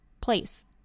place